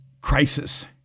crisis